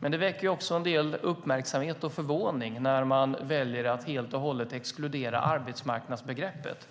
Men det väcker också en del uppmärksamhet och förvåning när man väljer att helt och hållet exkludera arbetsmarknadsbegreppet